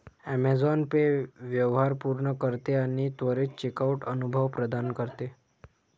Amazon Pay व्यवहार पूर्ण करते आणि त्वरित चेकआउट अनुभव प्रदान करते